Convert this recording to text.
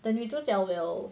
the 女主角 will